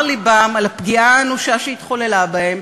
לבם על הפגיעה האנושה שהתחוללה בהם,